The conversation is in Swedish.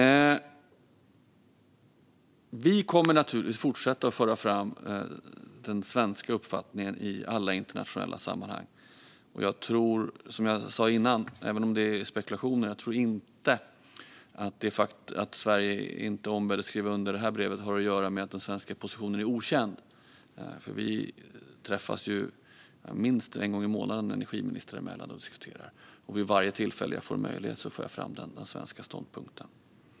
Vi kommer naturligtvis att fortsätta att föra fram den svenska uppfattningen i alla internationella sammanhang. Jag tror, som jag sa tidigare - även om det är spekulationer - inte att det faktum att Sverige inte ombads skriva under det här brevet har att göra med att den svenska positionen är okänd. Vi träffas minst en gång i månaden energiministrar emellan och diskuterar detta, och vid varje tillfälle jag får möjlighet för jag fram den svenska ståndpunkten.